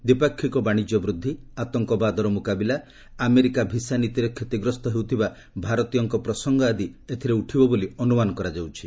ଦ୍ୱିପାକ୍ଷିକ ବାଣିଜ୍ୟ ବୃଦ୍ଧି ଆତଙ୍କବାଦର ମୁକାବିଲା ଆମେରିକାର ଭିସା ନୀତିରେ କ୍ଷତିଗ୍ରସ୍ତ ହେଉଥିବା ଭାରତୀୟଙ୍କ ପ୍ରସଙ୍ଗ ଆଦି ଏଥିରେ ଉଠିବ ବୋଲି ଅନୁମାନ କରାଯାଉଛି